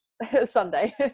Sunday